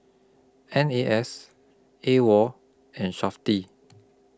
N A S AWOL and Safti